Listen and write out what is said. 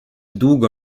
długo